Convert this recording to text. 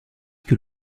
que